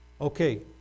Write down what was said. Okay